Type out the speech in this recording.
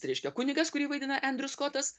reiškia kunigas kurį vaidina endriu skotas